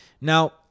Now